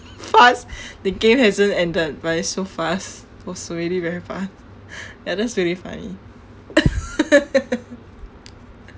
fast the game hasn't ended but it's so fast was really very fast ya that's really funny